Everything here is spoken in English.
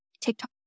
TikTok